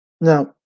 Now